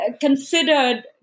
Considered